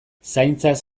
zaintzaz